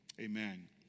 Amen